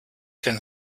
can